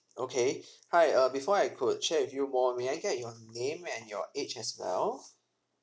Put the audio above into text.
okay hi uh before I could share with you more may I get your name and your age as well